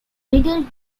middle